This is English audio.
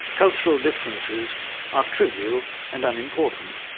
cultural differences are trivial and unimportant.